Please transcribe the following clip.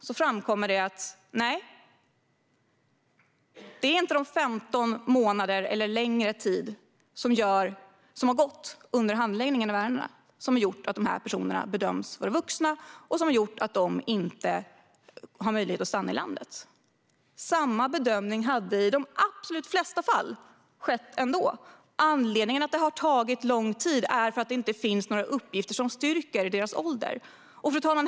Det framkommer att det inte är de 15 månader - eller längre tid - som har gått under handläggningen av ärendena som har gjort att dessa personer bedöms vara vuxna och som har gjort att de inte har möjlighet att stanna i landet. Samma bedömning hade i de absolut flesta fall skett ändå. Anledningen till att det har tagit lång tid är att det inte finns några uppgifter som styrker deras ålder. Fru talman!